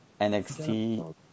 NXT